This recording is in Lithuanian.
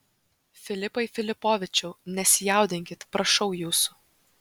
filipai filipovičiau nesijaudinkit prašau jūsų